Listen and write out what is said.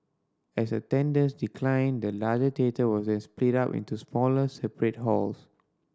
as attendance declined the large theatre was then split up into smaller separate halls